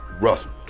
Russell